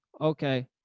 Okay